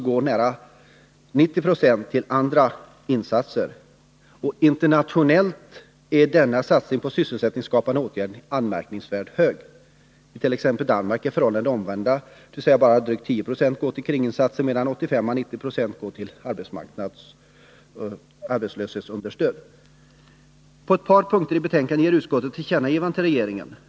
Nära 90 90 går alltså till andra insatser. Internationellt är denna satsning på sysselsätt ningsskapande åtgärder anmärkningsvärt hög. I t.ex. Danmark är förhållandet det omvända, dvs. bara drygt 10 2o går till kringinsatser, medan 85 å 90 Jo går till arbetslöshetsunderstöd. På ett par punkter i betänkandet gör utskottet tillkännagivanden till regeringen.